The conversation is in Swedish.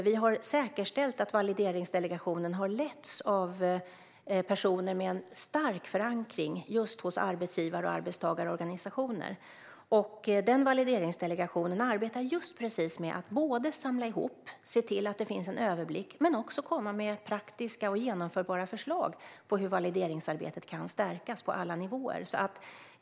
Vi har säkerställt att Valideringsdelegationen har letts av personer med stark förankring hos just arbetsgivare och arbetstagarorganisationer. Valideringsdelegationen arbetar med att samla ihop kunskap och skapa överblick men också komma med praktiska och genomförbara förslag på hur valideringsarbetet kan stärkas på alla nivåer.